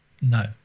no